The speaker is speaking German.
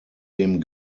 dem